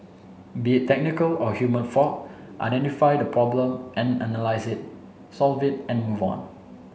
be a technical or human fault identify the problem and analyse it solve it and move on